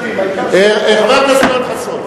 חבר הכנסת יואל חסון.